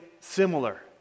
similar